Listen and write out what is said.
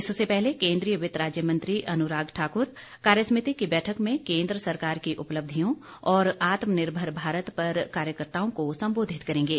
इससे पहले केंद्रीय वित राज्य मंत्री अनुराग ठाक्र कार्यसमिति की बैठक में केंद्र सरकार की उपलब्धियों और आत्मनिर्भर भारत पर कार्यकर्ताओं को संबोधित करेंगे